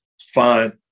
fine